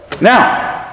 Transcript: Now